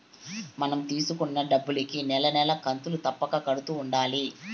మనం తీసుకున్న డబ్బులుకి నెల నెలా కంతులు తప్పక కడుతూ ఉండాలి